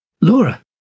Laura